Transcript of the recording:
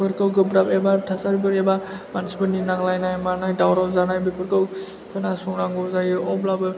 फोरखौ गोब्राब एबा थासारिफोर एबा मानसिफोरनि नांलायनाय मानाय दावराव जानाय बेफोरखौ खोनासंनांगौ जायो अब्लाबो